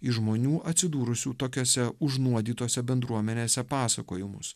į žmonių atsidūrusių tokiose užnuodytose bendruomenėse pasakojimus